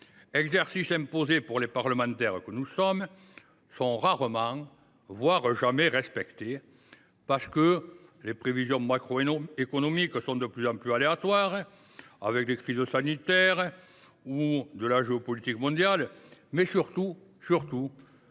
exercices imposés pour les parlementaires que nous sommes, ne sont que rarement, voire jamais respectées, parce que les prévisions macroéconomiques sont de plus en plus aléatoires au gré des crises sanitaires ou de la géopolitique mondiale, mais surtout – surtout